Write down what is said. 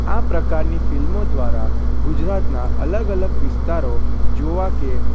આ પ્રકારની ફિલ્મો દ્વારા ગુજરાતના અલગ અલગ વિસ્તારો જેવા કે